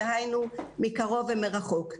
דהיינו מקרוב ומרחוק,